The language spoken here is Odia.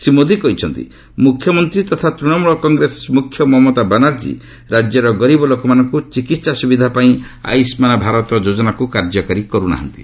ସେ କହିଛନ୍ତି ମୁଖ୍ୟମନ୍ତ୍ରୀ ତଥା ତୂଣମୂଳ କଂଗ୍ରେସ ମୁଖ୍ୟ ମମତା ବାନାର୍ଜୀ ରାଜ୍ୟର ଗରିବ ଲୋକମାନଙ୍କୁ ଚିକିତ୍ସା ସୁବିଧା ପାଇଁ ଆୟୁଷ୍ମାନ ଭାରତ ଯୋଜନାକୁ କାର୍ଯ୍ୟକାରୀ କରୁନାହାନ୍ତି